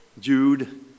Jude